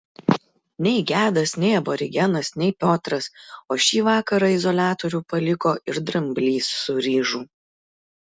nei gedas nei aborigenas nei piotras o šį vakarą izoliatorių paliko ir dramblys su ryžu